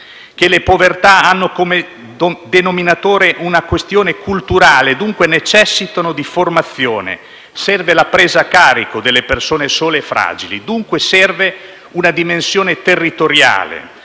che le povertà hanno come denominatore comune una questione culturale e dunque necessitano di formazione. Serve la presa a carico delle persone sole e fragili e dunque serve una dimensione territoriale